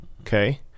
Okay